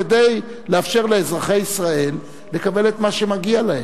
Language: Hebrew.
כדי לאפשר לאזרחי ישראל לקבל את מה שמגיע להם,